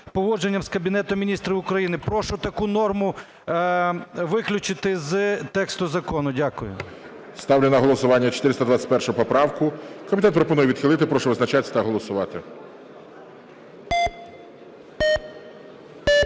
з Кабінетом Міністрів України, прошу таку норму виключити з тексту закону, дякую. ГОЛОВУЮЧИЙ. Ставлю на голосування 421 поправку. Комітет пропонує відхилити. Прошу визначатися та голосувати.